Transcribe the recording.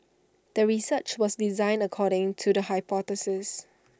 the research was designed according to the hypothesis